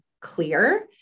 clear